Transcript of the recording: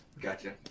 Gotcha